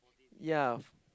yea